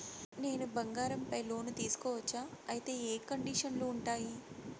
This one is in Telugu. నేను బంగారం పైన లోను తీసుకోవచ్చా? అయితే ఏ కండిషన్లు ఉంటాయి?